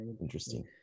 interesting